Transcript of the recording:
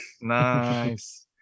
nice